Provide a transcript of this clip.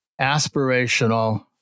aspirational